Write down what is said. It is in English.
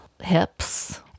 hips